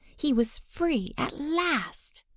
he was free at last!